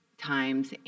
times